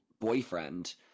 boyfriend